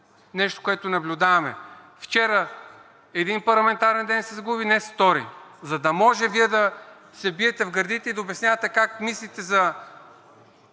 нещо, което наблюдаваме. Вчера един парламентарен ден се загуби, днес – втори, за да може Вие да се биете в гърдите и да обяснявате как мислите за